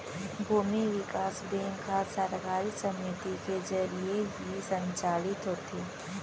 भूमि बिकास बेंक ह सहकारी समिति के जरिये ही संचालित होथे